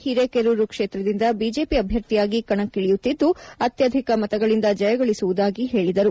ಹಿರೇಕೆರೂರು ಕ್ಷೇತ್ರದಿಂದ ಬಿಜೆಪಿ ಅಭ್ಯರ್ಥಿಯಾಗಿ ಕಣಕ್ಕಿಳಿಯುತ್ತಿದ್ದು ಅತ್ಯಧಿಕ ಮತಗಳಿಂದ ಜಯಗಳಿಸುವುದಾಗಿ ಹೇಳಿದರು